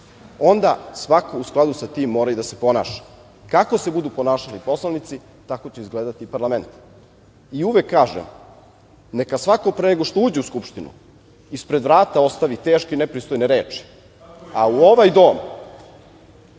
onda svako u skladu sa tim mora i da se ponaša. Kako se budu ponašali poslanici, tako će izgledati parlament. Uvek kažem, neka svako pre nego što uđe u Skupštinu ispred vrata ostavi teške i nepristojne reči, a u ovaj dom